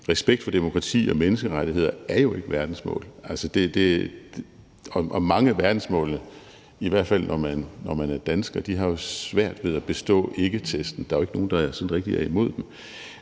respekt for demokrati og menneskerettigheder er jo ikke verdensmål, og mange af verdensmålene har jo, i hvert fald når man er dansker, svært ved at bestå »ikke«-testen. Der er jo ikke nogen, der rigtig er imod dem.